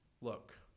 look